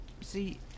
see